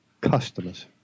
customers